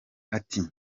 ati